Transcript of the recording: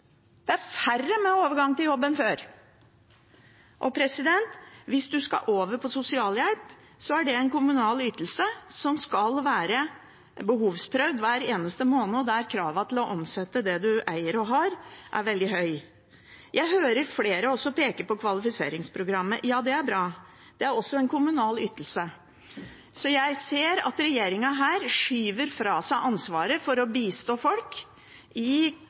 før. Hvis man skal over på sosialhjelp, er det en kommunal ytelse som skal være behovsprøvd hver eneste måned, og der kravene til å omsette det man eier og har, er veldig høye. Jeg hører også at det er flere som peker på kvalifiseringsprogrammet. Det er bra. Det er også en kommunal ytelse. Så jeg ser at regjeringen her skyver ansvaret for å bistå folk i